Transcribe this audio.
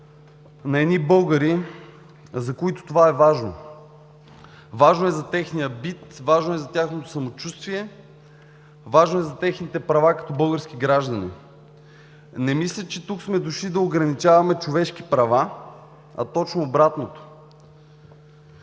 на едни българи, за които това е важно. Важно е за техния бит, за тяхното самочувствие, важно е за техните права като български граждани. Не мисля, че тук сме дошли да ограничаваме човешки права, а точно обратното